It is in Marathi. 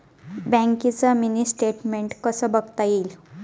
बँकेचं मिनी स्टेटमेन्ट कसं बघता येईल?